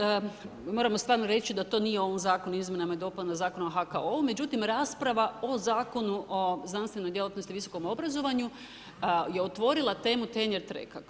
Prije svega moramo stvarno reći da to nije u ovom zakonu o izmjenama i dopunama Zakona o HKO-u, međutim rasprava o zakonu o znanstvenoj djelatnosti i visokom obrazovanju je otvorila temu tenior tracka.